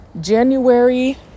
January